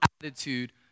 attitude